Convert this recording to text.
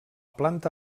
planta